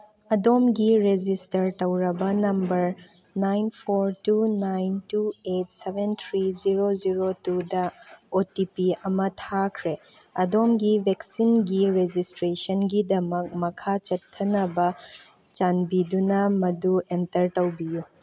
ꯑꯗꯣꯝꯒꯤ ꯔꯦꯖꯤꯁꯇꯔ ꯇꯧꯔꯕ number nine four two nine two eight seven three zero zero ꯇꯨꯗ O T P ꯑꯃ ꯊꯥꯈ꯭ꯔꯦ ꯑꯗꯣꯝꯒꯤ ꯚꯦꯛꯁꯤꯟꯒꯤ ꯔꯦꯖꯤꯁꯇ꯭ꯔꯦꯁꯟꯒꯤꯗꯃꯛ ꯃꯈꯥ ꯆꯠꯊꯅꯕ ꯆꯥꯟꯕꯤꯗꯨꯅ ꯃꯗꯨ ꯑꯦꯟꯇꯔ ꯇꯧꯕꯤꯌꯨ